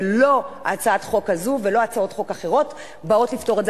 ולא הצעת החוק הזאת ולא הצעות חוק אחרות באות לפתור את זה.